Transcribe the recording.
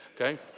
okay